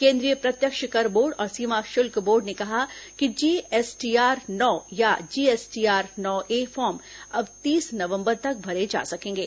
केन्द्रीय प्रत्यक्ष कर बोर्ड और सीमा शुल्क बोर्ड ने कहा कि जीएसटीआर नौ या जीएसटीआर नौ ए फॉर्म अब तीस नवम्बर तक भरे जा सकेंगे